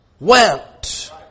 went